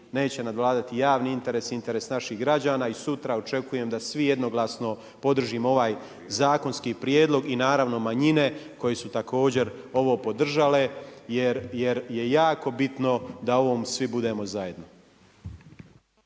neće nadvladati javni interes, interes naših građana i sutra očekujem da svi jednoglasno podržimo ovaj zakonski prijedlog i naravno manjine, koje su također ovo podržale jer je jako bitno da u ovom budemo svi zajedno.